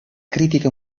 crítica